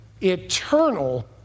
eternal